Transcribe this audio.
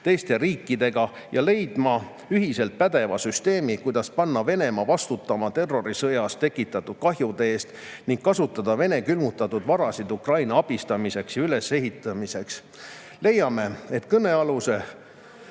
teiste riikidega ja leidma nendega ühiselt pädeva süsteemi, kuidas panna Venemaa vastutama terrorisõjas tekitatud kahjude eest ning kasutada Vene külmutatud varasid Ukraina abistamiseks ja ülesehitamiseks. Leiame, et kõnealuse